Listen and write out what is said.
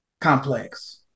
complex